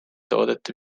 toodete